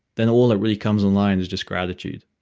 then all that really comes in line is just gratitude.